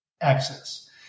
access